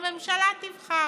הממשלה תבחר.